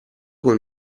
con